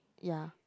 ya